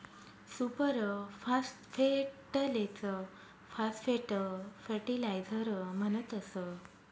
super फास्फेटलेच phosphate fertiliser म्हणतस